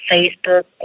Facebook